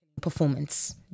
performance